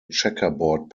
checkerboard